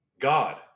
God